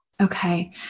Okay